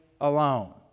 alone